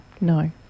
No